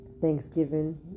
Thanksgiving